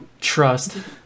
Trust